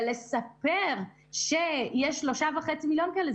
אבל לספר שיש 3.5 מיליון כאלה,